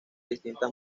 distintas